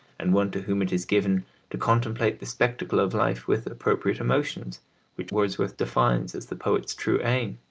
and one to whom it is given to contemplate the spectacle of life with appropriate emotions which wordsworth defines as the poet's true aim